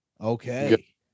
Okay